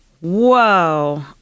Whoa